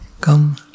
come